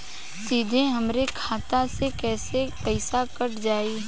सीधे हमरे खाता से कैसे पईसा कट जाई?